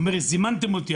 הוא אומר: זימנתם אותי,